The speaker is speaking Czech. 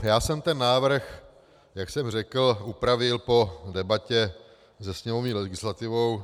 Já jsem ten návrh, jak jsem řekl, upravil po debatě se sněmovní legislativou.